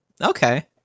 Okay